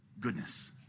goodness